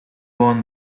won